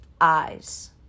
eyes